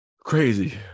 crazy